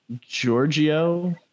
Giorgio